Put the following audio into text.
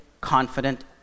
confident